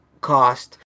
cost